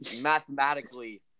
mathematically